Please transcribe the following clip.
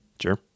Sure